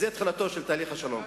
זו תחילתו של תהליך השלום.